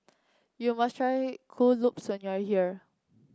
you must try Kuih Lopes when you are here